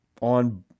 on